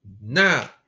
Now